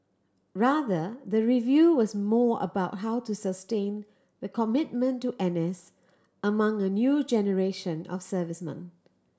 rather the review was more about how to sustain the commitment to N S among a new generation of servicemen